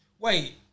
wait